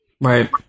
Right